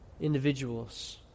individuals